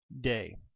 day